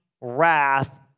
wrath